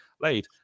laid